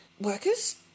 workers